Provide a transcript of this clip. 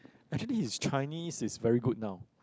actually his Chinese is very good now